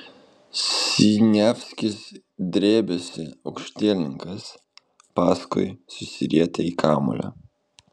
siniavskis drebėsi aukštielninkas paskui susirietė į kamuolį